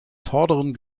vorderen